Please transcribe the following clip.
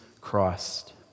Christ